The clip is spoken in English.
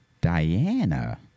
Diana